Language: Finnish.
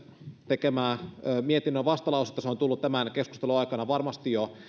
tekemää mietinnön vastalausetta se on tullut tämän keskustelun aikana varmasti jo